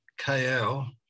KL